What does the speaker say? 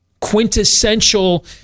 quintessential